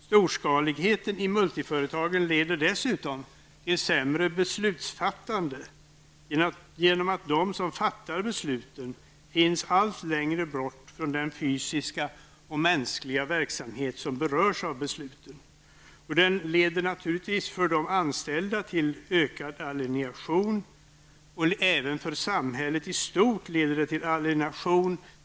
Storskaligheten i multiföretagen leder till sämre beslutsfattande genom att de som fattar besluten finns allt längre bort från den fysiska och mänskliga verklighet som berörs av besluten. Den leder naturligtvis för de anställda till ökad alienation. Även för samhället i stort leder det till alienation.